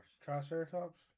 Triceratops